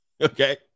Okay